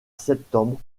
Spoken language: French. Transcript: septembre